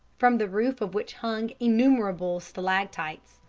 from the roof of which hung innumerable stalactites.